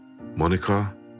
Monica